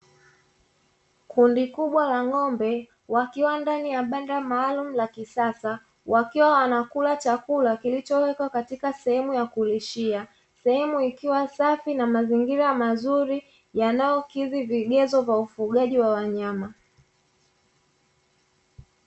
Kundi kubwa la ngombe wakiwa ndani ya banda maalumu la kisasa wakiwa wanakula chakula kilichowekwa katika sehemu ya kulishia, sehemu ikiwa safi na mazingira mazuri yanayokidhi vigezo vya ufugaji wa wanyama.